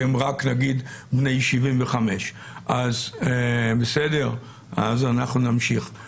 שהם רק נגיד בני 75. אילנה,